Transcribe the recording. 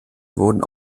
wurden